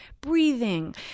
breathing